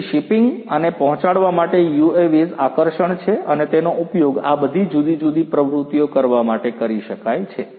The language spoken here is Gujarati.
તેથી શિપિંગ અને પહોંચાડવા માટે UAVs આકર્ષણ છે અને તેનો ઉપયોગ આ બધી જુદી જુદી પ્રવૃત્તિઓ કરવા માટે કરી શકાય છે